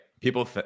people